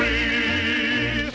man